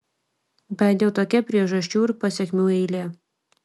bent jau tokia priežasčių ir pasekmių eilė